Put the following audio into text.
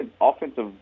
offensive